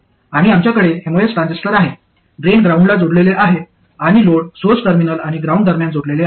आणि आमच्याकडे MOS transistor आहे ड्रेन ग्राउंडला जोडलेले आहे आणि लोड सोर्स टर्मिनल आणि ग्राउंड दरम्यान जोडलेले आहे